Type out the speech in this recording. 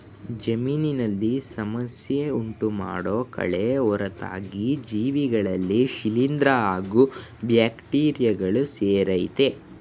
ಜಮೀನಿನಲ್ಲಿ ಸಮಸ್ಯೆ ಉಂಟುಮಾಡೋ ಕಳೆ ಹೊರತಾಗಿ ಜೀವಿಗಳಲ್ಲಿ ಶಿಲೀಂದ್ರ ಹಾಗೂ ಬ್ಯಾಕ್ಟೀರಿಯಗಳು ಸೇರಯ್ತೆ